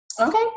Okay